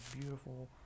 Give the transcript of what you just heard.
beautiful